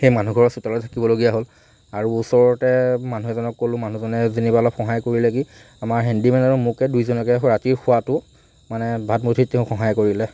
সেই মানুহঘৰৰ চোতালতে থাকিবলগীয়া হ'ল আৰু ওচৰতে মানুহ এজনক ক'লো মানুহজনে যেনিবা অলপ সহায় কৰিলে কি আমাৰ হেণ্ডিমেন আৰু মোকে দুইজনকে ৰাতি খোৱাতো মানে ভাত মুঠি তেওঁ সহায় কৰিলে